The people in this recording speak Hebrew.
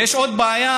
ויש עוד בעיה,